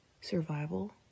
survival